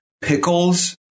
pickles